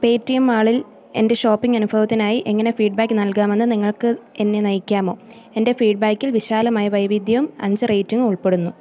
Paytm മാളില് എന്റെ shopping അനുഭവത്തിനായി എങ്ങനെ ഫീഡ്ബാക്ക് നൽകാമെന്ന് നിങ്ങൾക്ക് എന്നെ നയിക്കാമോ എന്റെ ഫീഡ്ബാക്കിൽ വിശാലമായ വൈവിധ്യവും അഞ്ച് റേറ്റിങ്ങും ഉൾപ്പെടുന്നു